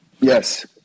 Yes